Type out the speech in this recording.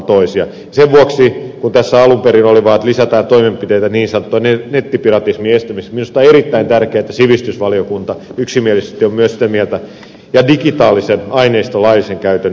sen vuoksi kun tässä alun perin oli vaan että lisätään toimenpiteitä niin sanotun nettipiratismin estämiseksi minusta on erittäin tärkeää että myös sivistysvaliokunta yksimielisesti on sitä mieltä että digitaalisen aineiston laillista käyttöä edistetään